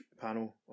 panel